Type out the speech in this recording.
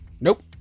nope